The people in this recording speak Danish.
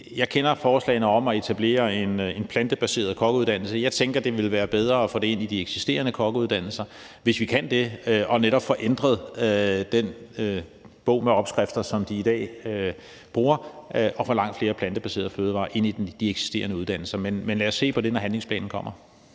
Jeg kender forslagene om at etablere en plantebaseret kokkeuddannelse. Jeg tænker, at det vil være bedre at få det ind i de eksisterende kokkeuddannelser, hvis vi kan det, og netop få ændret den bog med opskrifter, som de i dag bruger, og få langt flere plantebaserede fødevarer ind i de eksisterende uddannelser. Men lad os se på det, når handlingsplanen kommer.